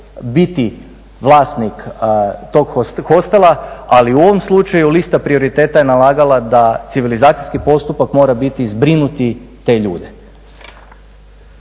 biti vlasnik tog hostela, ali u ovom slučaju lista prioriteta je nalagala da civilizacijski postupak mora biti zbrinuti te ljude.